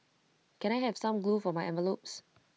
can I have some glue for my envelopes